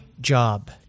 job